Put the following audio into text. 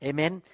Amen